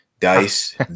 dice